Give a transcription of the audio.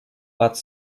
под